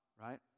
right